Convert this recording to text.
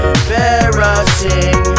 embarrassing